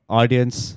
audience